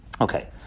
Okay